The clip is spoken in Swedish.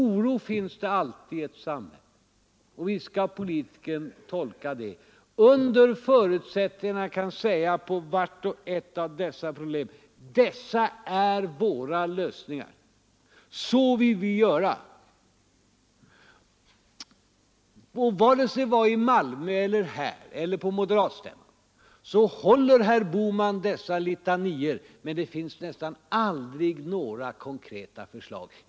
Oro finns det alltid i ett samhälle, och visst skall politikern tolka denna, under förutsättning att han kan säga om vart och ett av problemen: Dessa är våra lösningar — så vill vi göra. Och vare sig det är i Malmö eller här eller på moderatstämman, så håller herr Bohman dessa litanior. Men det finns nästan aldrig några konkreta förslag.